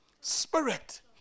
spirit